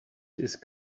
ist